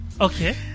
Okay